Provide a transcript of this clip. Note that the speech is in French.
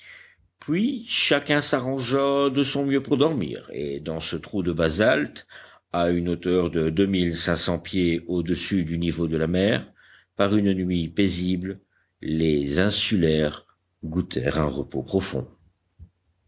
puis chacun s'arrangea de son mieux pour dormir et dans ce trou de basalte à une hauteur de deux mille cinq cents pieds au-dessus du niveau de la mer par une nuit paisible les insulaires